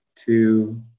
two